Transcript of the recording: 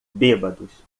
bêbados